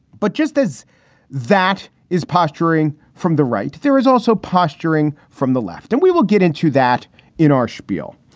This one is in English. but just as that is posturing from the right. there is also posturing from the left. and we will get into that in our spiel.